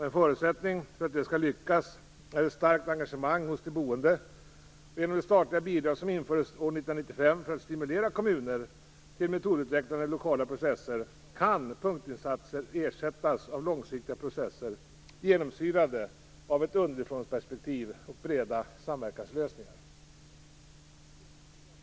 En förutsättning för att det skall lyckas är ett starkt engagemang hos de boende. Genom de statliga bidrag som infördes år 1995 för att stimulera kommuner till metodutvecklande lokala processer kan punktinsatser ersättas av långsiktiga processer genomsyrade av ett underifrånperspektiv och breda samverkanslösningar.